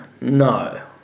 No